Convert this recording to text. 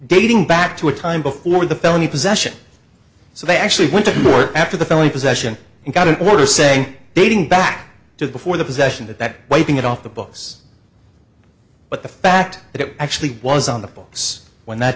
dating back to a time before the felony possession so they actually went to court after the felony possession and got an order saying dating back to before the possession that wiping it off the books but the fact that it actually was on the books when that